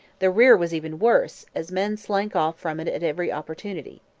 the rear was even worse, as men slank off from it at every opportunity.